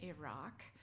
Iraq